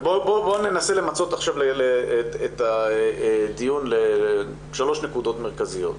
ובואו ננסה למצות עכשיו את הדיון לשלוש נקודות מרכזיות.